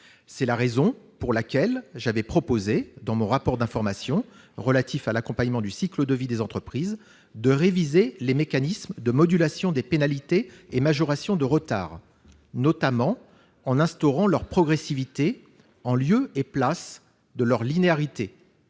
C'est la raison pour laquelle, dans mon rapport d'information relatif à l'accompagnement du cycle de vie des entreprises, j'avais proposé de réviser les mécanismes de modulation des pénalités et majorations de retard, notamment en instaurant leur progressivité en lieu et place de la linéarité